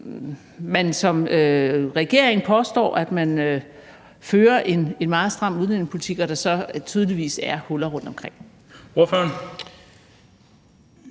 man som regering påstår, at man fører en meget stram udlændingepolitik, og at der så tydeligvis er huller rundtomkring.